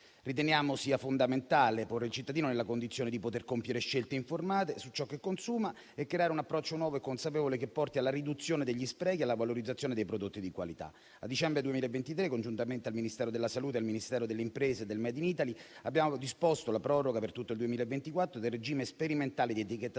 Riteniamo sia fondamentale porre il cittadino nella condizione di poter compiere scelte informate su ciò che consuma e creare un approccio nuovo e consapevole che porti alla riduzione degli sprechi e alla valorizzazione dei prodotti di qualità. A dicembre 2023, congiuntamente al Ministero della salute e al Ministero delle imprese e del Made in Italy, abbiamo disposto la proroga per tutto il 2024 del regime sperimentale di etichettatura